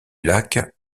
lac